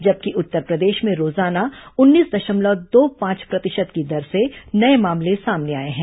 जबकि उत्तरप्रदेश में रोजाना उन्नीस दशमलव दो पांच प्रतिशत की दर से नए मामले सामने आए हैं